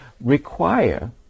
require